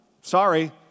sorry